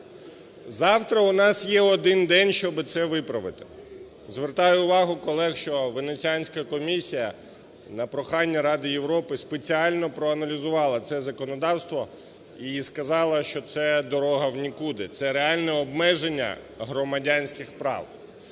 Завтра у нас є один день, щоби це виправити. Звертаю увагу колег, що Венеціанська комісія на прохання Ради Європи спеціально проаналізувала це законодавство і сказала, що це дорога в нікуди, це реальне обмеження громадянських прав.